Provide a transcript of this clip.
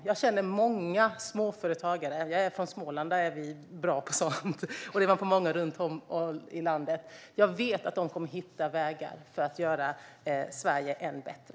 Jag känner många småföretagare - jag kommer från Småland där vi är bra på sådant, liksom man är på många håll runt om i landet - och vet att de kommer att hitta vägar för att göra Sverige än bättre.